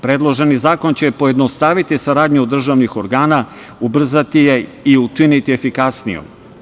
Predloženi zakon će pojednostaviti saradnju državnih organa, ubrzati je i učiniti efikasnijom.